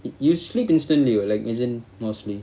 y~ you sleep instantly [what] like isn't mostly